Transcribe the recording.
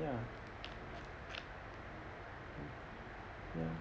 ya ya hmm